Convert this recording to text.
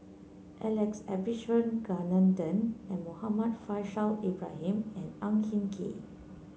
Alex Abisheganaden a Muhammad Faishal Ibrahim and Ang Hin Kee